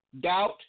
Doubt